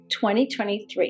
2023